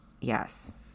Yes